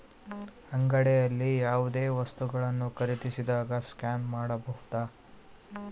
ಅಂಗಡಿಯಲ್ಲಿ ಯಾವುದೇ ವಸ್ತುಗಳನ್ನು ಖರೇದಿಸಿದಾಗ ಸ್ಕ್ಯಾನ್ ಮಾಡಬಹುದಾ?